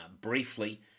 Briefly